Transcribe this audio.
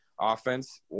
offense